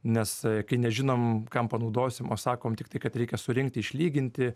nes kai nežinom kam panaudosim o sakom tiktai kad reikia surinkti išlyginti